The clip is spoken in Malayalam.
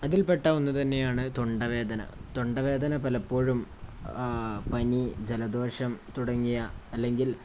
അതിൽപ്പെട്ട ഒന്നുതന്നെയാണ് തൊണ്ടവേദന തൊണ്ടവേദന പലപ്പോഴും പനി ജലദോഷം തുടങ്ങിയ അല്ലെങ്കിൽ